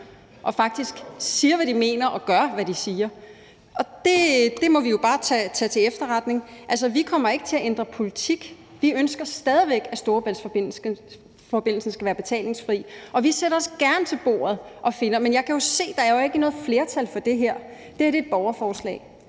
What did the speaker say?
og faktisk siger, hvad de mener, og gør, hvad de siger. Det må vi jo bare tage til efterretning. Altså, vi kommer ikke til at ændre politik. Vi ønsker stadig væk, at Storebæltsforbindelsen skal være betalingsfri, og vi sætter os gerne til bordet og finder pengene. Men jeg kan jo se, at der ikke er noget flertal for det her. Det her er et borgerforslag,